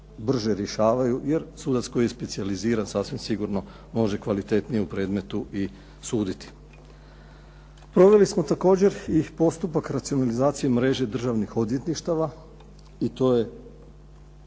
brže rješavaju, jer sudac koji specijalizira sasvim sigurno može kvalitetnije u predmetu i suditi. Proveli smo također i postupak racionalizacije mreže državnih odvjetništava, i to je,